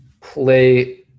play